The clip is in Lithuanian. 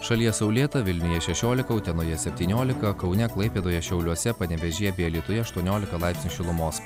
šalyje saulėta vilniuje šešiolika utenoje septyniolika kaune klaipėdoje šiauliuose panevėžyje bei alytuje aštuoniolika laipsnių šilumos